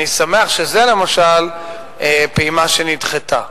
אני שמח שזה, למשל, פעימה שנדחתה.